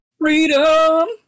Freedom